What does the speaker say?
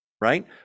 right